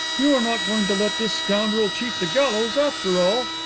you are not going to let this scoundrel cheat the gallows after all?